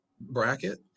bracket